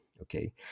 okay